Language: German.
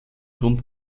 grund